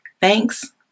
Thanks